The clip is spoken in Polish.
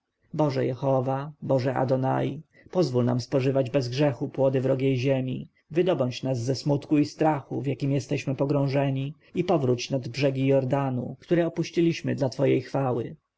boże jehowa boże adonai pozwól nam spożywać bez grzechu płody wrogiej ziemi wydobądź nas ze smutku i strachu w jakim jesteśmy pogrążeni i powróć nad brzegi jordanu który opuściliśmy dla twojej chwały